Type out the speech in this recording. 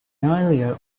earlier